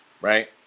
right